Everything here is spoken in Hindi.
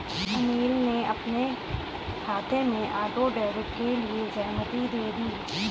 अनिल ने अपने बैंक खाते में ऑटो डेबिट के लिए सहमति दे दी